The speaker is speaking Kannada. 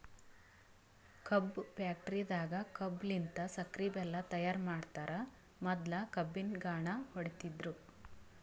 ಕಬ್ಬ್ ಫ್ಯಾಕ್ಟರಿದಾಗ್ ಕಬ್ಬಲಿನ್ತ್ ಸಕ್ಕರಿ ಬೆಲ್ಲಾ ತೈಯಾರ್ ಮಾಡ್ತರ್ ಮೊದ್ಲ ಕಬ್ಬಿನ್ ಘಾಣ ಹೊಡಿತಿದ್ರು